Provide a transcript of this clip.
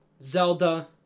Zelda